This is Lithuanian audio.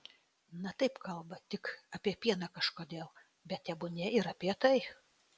na taip kalba tik apie pieną kažkodėl bet tebūnie ir apie tai